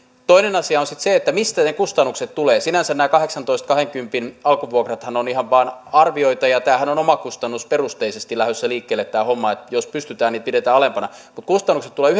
toinen asia on sitten se mistä ne kustannukset tulevat sinänsä nämä kahdeksantoista viiva kahdenkymmenen euron alkuvuokrathan ovat ihan vain arvioita ja tämä hommahan on omakustannusperusteisesti lähdössä liikkeelle jos pystytään niin pidetään ne alempina mutta kustannukset tulevat